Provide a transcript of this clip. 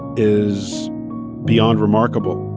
is beyond remarkable.